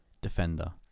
defender